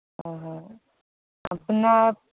আপোনাৰ